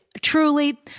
truly